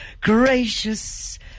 gracious